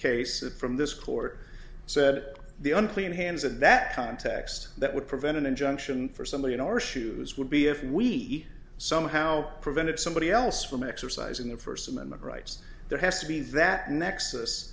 case of from this court said that the unclean hands in that context that would prevent an injunction for somebody in our shoes would be if we somehow prevented somebody else from exercising their first amendment rights there has to be that nex